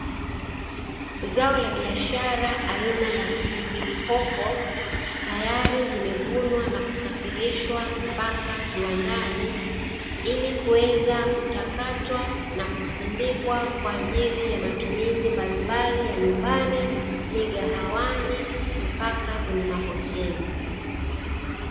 Zao la biashara aina ya pilipili hoho, tayari zimevunwa na kusafirishwa mpaka kiwandani, ili kuweza kuchakatwa na kusindikwa kwa ajili ya matumizi mbalimbali ya nyumbani, migahawani, mpaka kwenye mahoteli.